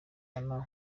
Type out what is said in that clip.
anna